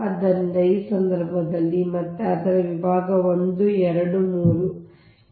ಆದ್ದರಿಂದ ಈ ಸಂದರ್ಭದಲ್ಲಿ ಮತ್ತೆ ಅದರ ವಿಭಾಗ 1 ವಿಭಾಗ 2 ಮತ್ತು ವಿಭಾಗ 3